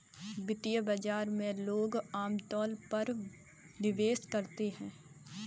वित्तीय बाजार में लोग अमतौर पर निवेश करते हैं